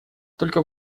только